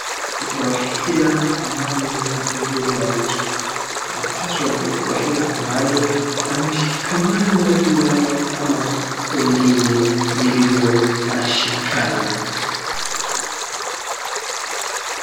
Furahia amani na uzuri wa nchi. Unapaswa kufurahia amani na mshikamano tunaona kama wengine vilivyo wanashikana.